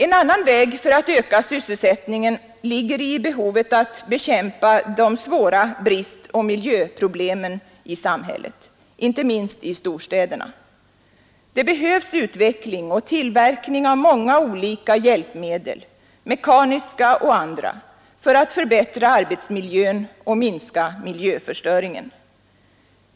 En annan väg för att öka sysselsättningen har vi i behovet att bekämpa de svåra bristoch miljöproblemen i samhället, inte minst i storstäderna. Det behövs utveckling och tillverkning av många olika hjälpmedel, mekaniska och andra, för att förbättra arbetsmiljön och minska miljöförstöringen.